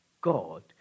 god